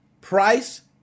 price